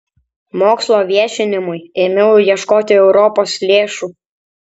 mokslo viešinimui ėmiau ieškoti europos lėšų